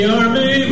army